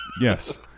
Yes